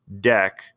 deck